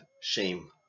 shame